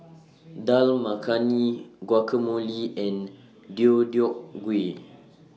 Dal Makhani Guacamole and Deodeok Gui